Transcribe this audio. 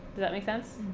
does that make sense?